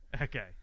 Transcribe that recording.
Okay